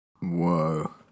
Whoa